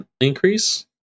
increase